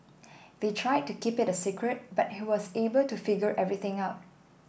they tried to keep it a secret but he was able to figure everything out